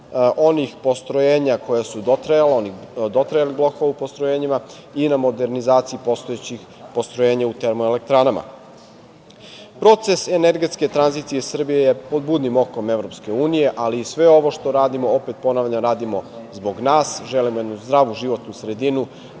onih postrojenja koja su dotrajala, onih dotrajalih blokova u postrojenjima i na modernizaciji postojećih postrojenja u termoelektranama. Proces energetske tranzicije Srbije je pod budnim okom EU, ali i sve ovo što radimo, opet ponavljam, radimo zbog nas, želimo jednu zdravu životnu sredinu,